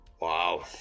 Wow